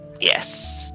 Yes